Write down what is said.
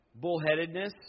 bullheadedness